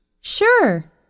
Sure